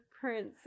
prince